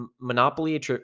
monopoly